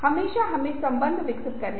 यह नई immersive technology है जो आई है